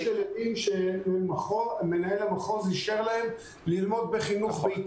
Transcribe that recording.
יש ילדים שמנהל המחוז אישר להם ללמוד בחינוך ביתי